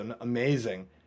amazing